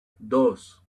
dos